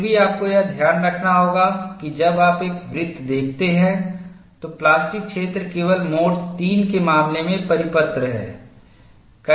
फिर भी आपको यह ध्यान रखना होगा कि जब आप एक वृत्त देखते हैं तो प्लास्टिक क्षेत्र केवल मोड III के मामले में परिपत्र है